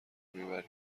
میبریم